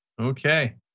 okay